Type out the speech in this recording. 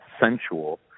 sensual